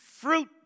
fruit